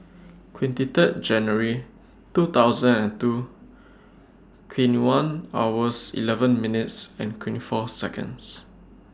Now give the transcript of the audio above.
twenty Third January two thousand and two twenty two hours eleven minutes and twenty four Seconds